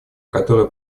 которые